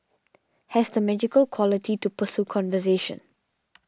has the magical quality to pursue conservation